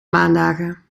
maandagen